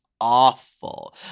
awful